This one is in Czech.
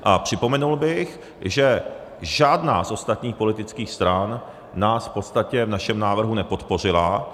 A připomenul bych, že žádná z ostatních politických stran nás v podstatě v našem návrhu nepodpořila.